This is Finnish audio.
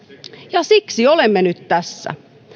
ja siksi olemme nyt tässä